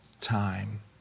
time